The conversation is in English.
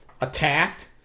attacked